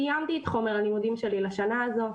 סיימתי את חומר הלימודים שלי לשנה הזו.